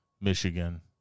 Michigan